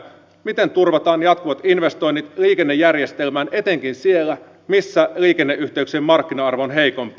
miten turvataan jatkuvat investoinnit liikennejärjestelmään etenkin siellä missä liikenneyhteyksien markkina arvo on heikompi